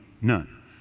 None